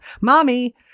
Mommy